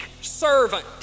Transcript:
servant